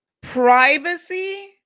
Privacy